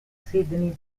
sidney